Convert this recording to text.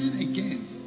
again